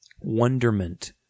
wonderment